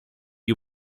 you